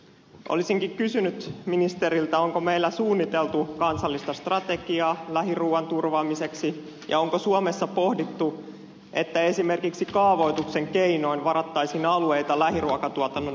olisinkin kysynyt ministeriltä onko meillä suunniteltu kansallista strategiaa lähiruuan turvaamiseksi ja onko suomessa pohdittu että esimerkiksi kaavoituksen keinoin varattaisiin alueita lähiruokatuotannon varmistamiseksi